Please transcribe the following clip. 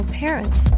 parents